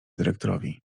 dyrektorowi